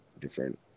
different